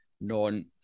non